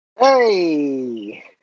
Hey